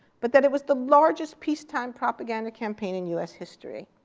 but that it was the largest peacetime propaganda campaign in us history.